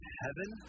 heaven